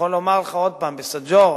אני יכול לומר לך עוד פעם: בסאג'ור,